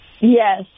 yes